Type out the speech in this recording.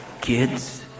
kids